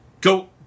Go